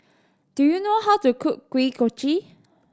do you know how to cook Kuih Kochi